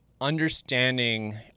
understanding